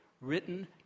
written